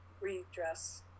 redress